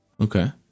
Okay